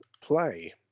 play